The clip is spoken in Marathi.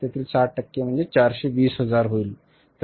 त्यातील 60 टक्के म्हणजे 420 हजार होईल